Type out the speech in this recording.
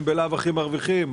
הם בלאו הכי מרוויחים.